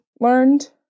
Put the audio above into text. learned